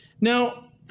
Now